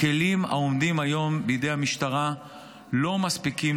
הכלים העומדים היום לרשות המשטרה לא מספיקים,